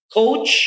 coach